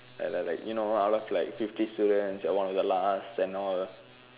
like like like you know out of like fifty students you are one of the last and all